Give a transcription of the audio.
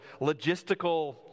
logistical